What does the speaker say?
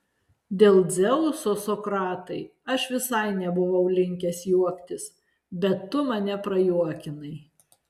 dėl dzeuso sokratai aš visai nebuvau linkęs juoktis bet tu mane prajuokinai